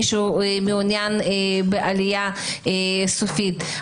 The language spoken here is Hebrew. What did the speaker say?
מי שמעוניין בעלייה סופית.